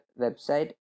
website